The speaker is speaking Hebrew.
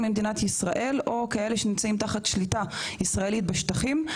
ממדינת ישראל או כאלה שנמצאים תחת שליטה ישראלית בשטחים,